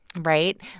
Right